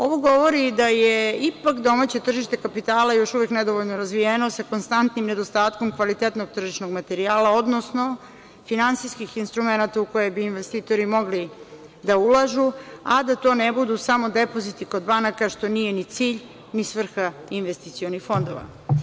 Ovo govori da je ipak domaće tržište kapitala još uvek nedovoljno razvijeno, sa konstantnim nedostatkom kvalitetnog tržišnog materijala, odnosno finansijskih instrumenata u koje bi investitori mogli da ulažu, a da to ne budu samo depoziti kod banaka, što nije ni cilj, ni svrha investicionih fondova.